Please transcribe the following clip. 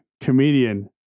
comedian